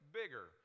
bigger